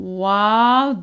wow